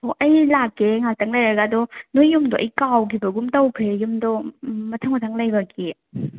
ꯑꯣ ꯑꯩ ꯂꯥꯛꯀꯦ ꯉꯥꯛꯇꯪ ꯂꯩꯔꯒ ꯑꯗꯣ ꯅꯣꯏ ꯌꯨꯝꯗꯣ ꯑꯩ ꯀꯥꯎꯈꯤꯕꯒꯨꯝ ꯇꯧꯈ꯭ꯔꯦ ꯌꯨꯝꯗꯣ ꯃꯊꯪ ꯃꯊꯪ ꯂꯩꯕꯒꯤ